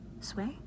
Sway